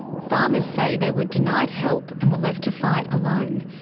farmers say they were denied help and were left to fight alone.